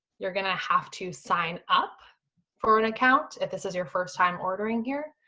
you're gonna have to sign up for an account if this is your first time ordering here.